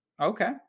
okay